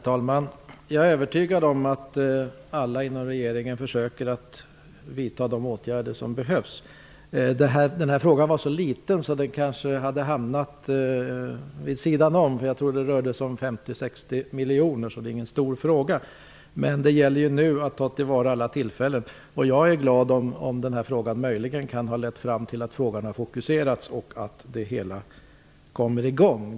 Herr talman! Jag är övertygad om att alla inom regeringen försöker att vidta de åtgärder som be hövs. Den här frågan var så liten att den kanske hade hamnat vid sidan om -- jag tror att det rör sig om 50--60 miljoner. Men det gäller nu att ta till vara alla tillfällen. Jag är glad om den här frågan möjligen kan ha lett fram till att frågan har foku serats och det hela kommer i gång.